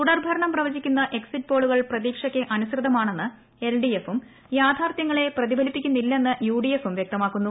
തുടർഭരണം പ്രവചിക്കുന്ന എക്സിറ്റ് പോളുകൾ പ്രതീക്ഷയ്ക്ക് അനുസൃതമാണെന്ന് എൽ ഡി എഫും യാഥാർത്ഥ്യങ്ങളെ പ്രതിഫലിപ്പിക്കുന്നില്ലെന്ന് യു ഡി എഫും വ്യക്തമാക്കുന്നു